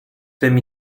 tym